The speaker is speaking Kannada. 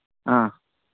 ಹಾಂ